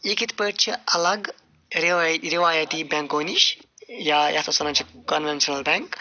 یہِ کِتھٕ پٲٹھۍ چھِ الگ ریوا رِٮ۪وٲیتی بینٛکو نِش یا یَتھ أسۍ وَنان چھِ کنوینشنل بینٛک